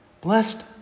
Blessed